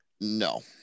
No